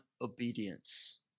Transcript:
obedience